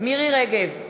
מירי רגב,